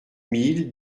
mille